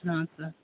हाँ सर